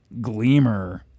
Gleamer